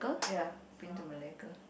ya been to malacca